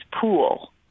pool